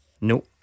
No